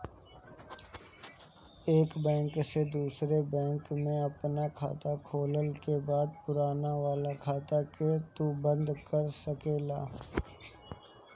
एक बैंक से दूसरी बैंक में आपन खाता खोलला के बाद पुरनका वाला खाता के तू बंद कर सकेला